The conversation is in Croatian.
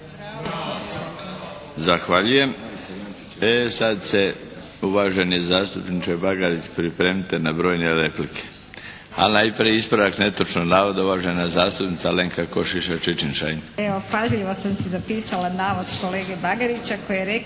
Zahvaljujem. E sad se uvaženi zastupniče Bagarić pripremite na brojne replike. Ali najprije ispravak netočnog navoda uvažena zastupnica Alenka Košiša Čičin-šain. **Košiša Čičin-Šain, Alenka (HNS)** Evo pažljivo sam si zapisala navod kolege Bagarića koji je rekao: